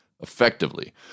effectively